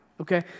okay